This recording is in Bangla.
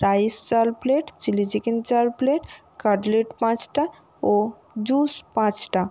রাইস চার প্লেট চিলি চিকেন চার প্লেট কাটলেট পাঁচটা ও জুস পাঁচটা